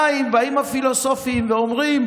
2. באים הפילוסופים ואומרים: